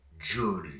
Journey